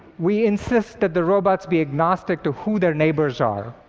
we insist that the robots be agnostic to who their neighbors are.